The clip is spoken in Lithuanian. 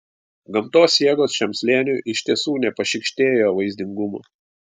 gamtos jėgos šiam slėniui iš tiesų nepašykštėjo vaizdingumo